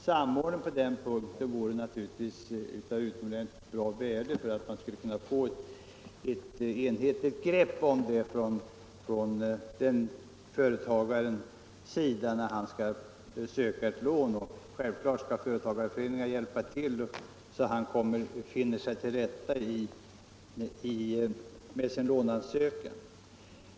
Samordning vore naturligtvis av utomordentligt stort värde för att få ett enhetligt grepp om företagarnas behov av att låna. Självklart skall företagarföreningarna hjälpa de lånesökande med deras ansökningar.